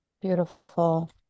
Beautiful